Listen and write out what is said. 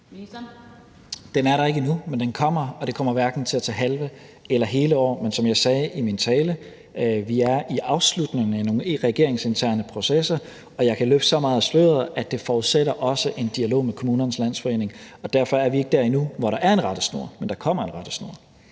ikke endnu, men den kommer, og det kommer hverken til at tage halve eller hele år. Men som jeg sagde i min tale, er vi i afslutningen af nogle regeringsinterne processer, og jeg kan løfte så meget af sløret og sige, at det også forudsætter en dialog med Kommunernes Landsforening, og derfor er vi endnu ikke der, hvor der er en rettesnor. Men der kommer en rettesnor.